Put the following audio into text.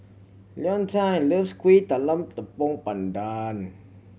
Leontine loves Kuih Talam Tepong Pandan